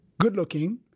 good-looking